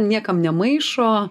niekam nemaišo